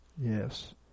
Yes